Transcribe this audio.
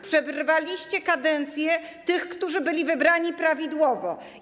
Przerwaliście kadencję tych, którzy byli wybrani prawidłowo.